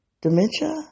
dementia